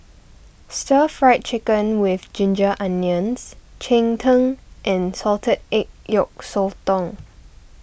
Stir Fried Chicken with Ginger Onions Cheng Tng and Salted Egg Yolk Sotong